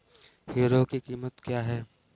Hero की कीमत क्या है?